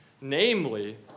Namely